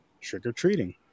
trick-or-treating